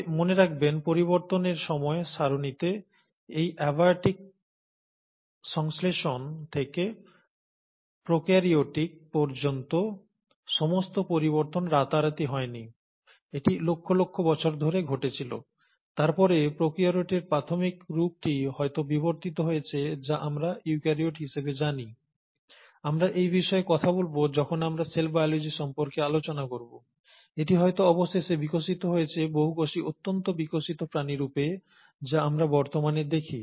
তবে মনে রাখবেন পরিবর্তনের সময় সারণিতে এই অ্যাবাওটিক সংশ্লেষণ থেকে প্রোক্যারিওট পর্যন্ত সমস্ত পরিবর্তন রাতারাতি হয়নি একটি লক্ষ লক্ষ বছর ধরে ঘটেছিল তারপরে প্রোক্যারিওটের প্রাথমিকতম রূপটি হয়ত বিবর্তিত হয়েছে যা আমরা ইউক্যারিওট হিসাবে জানি আমরা এই বিষয়ে কথা বলব যখন আমরা সেল বায়োলজি সম্পর্কে আলোচনা করব এটি হয়ত অবশেষে বিকশিত হয়েছে বহুকোষী অত্যন্ত বিকশিত প্রাণীরূপে যা আমরা বর্তমানে দেখি